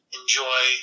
enjoy